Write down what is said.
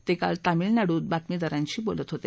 ते काल तामिळनाडूत बातमीदारांशी बोलत होते